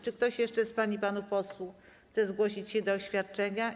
Czy ktoś jeszcze z pań i panów posłów chce zgłosić się do oświadczenia?